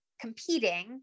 competing